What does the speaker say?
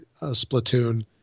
Splatoon